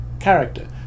character